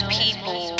people